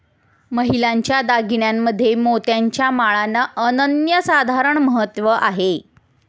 महिलांच्या दागिन्यांमध्ये मोत्याच्या माळांना अनन्यसाधारण महत्त्व आहे